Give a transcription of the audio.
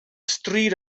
stryd